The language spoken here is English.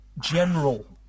general